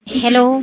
hello